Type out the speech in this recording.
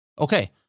Okay